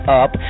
up